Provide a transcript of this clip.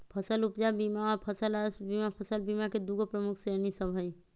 फसल उपजा बीमा आऽ फसल राजस्व बीमा फसल बीमा के दूगो प्रमुख श्रेणि सभ हइ